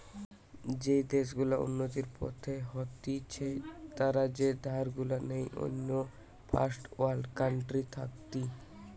যেই দেশ গুলা উন্নতির পথে হতিছে তারা যে ধার গুলা নেই অন্য ফার্স্ট ওয়ার্ল্ড কান্ট্রি থাকতি